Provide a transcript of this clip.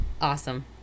awesome